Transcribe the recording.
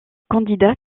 candidat